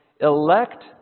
elect